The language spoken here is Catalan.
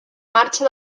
marxa